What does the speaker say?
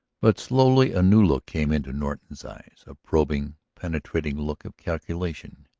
but slowly a new look came into norton's eyes, a probing, penetrating look of calculation.